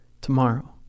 tomorrow